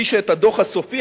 והגישה את הדוח הסופי,